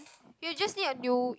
you just need a new